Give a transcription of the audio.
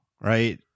right